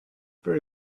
very